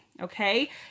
okay